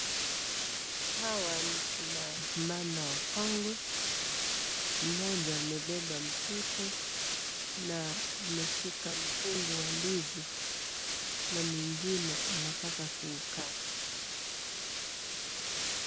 Hawa ni akina mama wakongwe mmoja amebeba mtoto na ameshika mkungu wa ndizi na mwingine anataka kuukata.